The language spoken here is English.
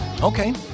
Okay